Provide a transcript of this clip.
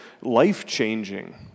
life-changing